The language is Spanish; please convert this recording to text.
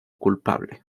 culpable